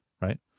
Right